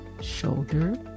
shoulder